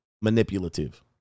manipulative